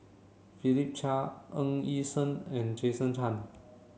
Philip Chia Ng Yi Sheng and Jason Chan